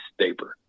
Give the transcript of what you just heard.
Staper